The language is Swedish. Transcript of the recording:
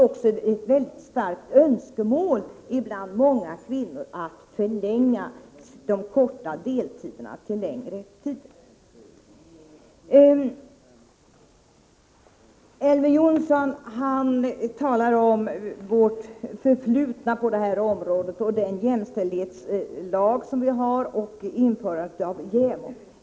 Många kvinnor önskar också mycket starkt att kunna förlänga sin arbetstid. Elver Jonsson talade om vårt förflutna på detta område, vår jämställdhetslag och införande av jäv.